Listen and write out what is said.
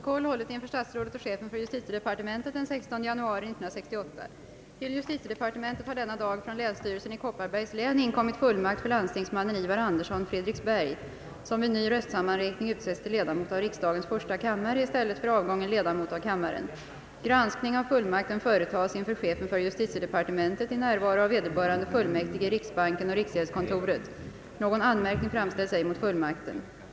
»Äär Statsrådet i tillfälle att redovisa vilka åtgärder som skolväsendets statliga myndigheter vidtar för att inhämta de kommunala huvudmännens synpunkter på för dem kostnadskrävande pedagogiska innovationer?» Granskning av fullmakten företas inför chefen för justitiedepartementet i närvaro av vederbörande fullmäktige i riksbanken och riksgäldskontoret.